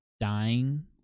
dying